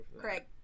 Craig